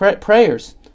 prayers